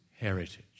heritage